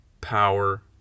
power